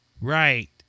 Right